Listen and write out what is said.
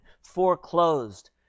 foreclosed